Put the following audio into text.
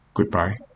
Goodbye